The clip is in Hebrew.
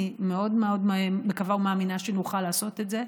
אני מאוד מאוד מקווה ומאמינה שנוכל לעשות את זה.